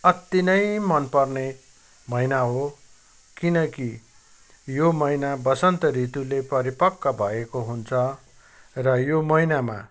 अति नै मनपर्ने महिना हो किनकि यो महिना वसन्त ऋतुले परिपक्व भएको हुन्छ र यो महिनामा